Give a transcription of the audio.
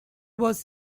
was